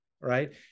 right